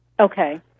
Okay